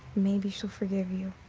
maybe she'll forgive you.